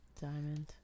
Diamond